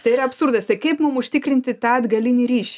tai yra absurdas tai kaip mum užtikrinti tą atgalinį ryšį